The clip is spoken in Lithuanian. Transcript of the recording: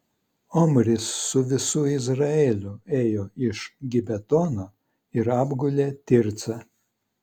omris su visu izraeliu ėjo iš gibetono ir apgulė tircą